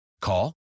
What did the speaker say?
Call